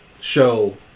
show